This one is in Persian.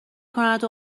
کند